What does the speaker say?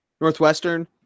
Northwestern